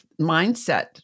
mindset